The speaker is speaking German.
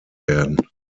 werden